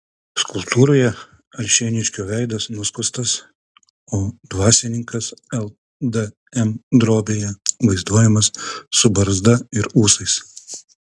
skulptūroje alšėniškio veidas nuskustas o dvasininkas ldm drobėje vaizduojamas su barzda ir ūsais